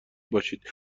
باشید